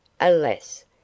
alas